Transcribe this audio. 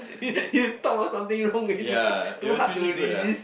you stop ah something wrong already too hard to resist